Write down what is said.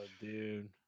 dude